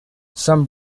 some